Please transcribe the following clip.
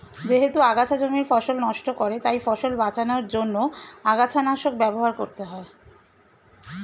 যেহেতু আগাছা জমির ফসল নষ্ট করে তাই ফসল বাঁচানোর জন্য আগাছানাশক ব্যবহার করতে হয়